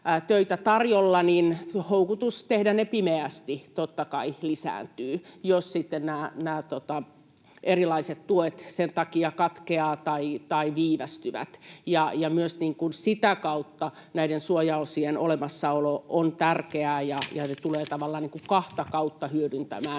töitä tarjolla, niin houkutus tehdä ne pimeästi totta kai lisääntyy, jos erilaiset tuet sen takia katkeavat tai viivästyvät. Myös sitä kautta näiden suojaosien olemassaolo on tärkeää ja tulee tavallaan kahta kautta hyödyttämään